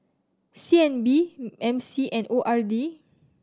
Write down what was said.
C N B M C and O R D